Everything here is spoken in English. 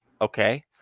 okay